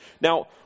Now